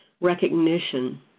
recognition